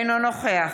אינו נוכח